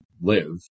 live